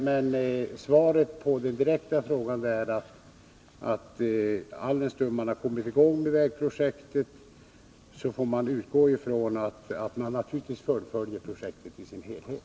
Men svaret på den direkta frågan är att jag utgår från att man fullföljer projektet i dess helhet, alldenstund man har kommit i gång med det.